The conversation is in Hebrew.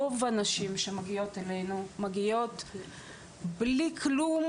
רוב הנשים שמגיעות אלינו מגיעות בלי כלום,